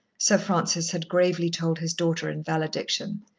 sir francis had gravely told his daughter in valediction,